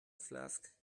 flask